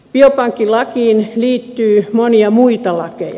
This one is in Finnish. biopankkilakiin liittyy monia muita lakeja